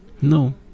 No